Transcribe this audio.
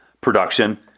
production